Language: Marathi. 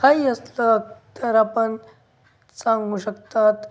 काही असलं तर आपण सांगू शकतात